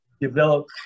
develop